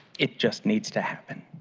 it just needs to happen.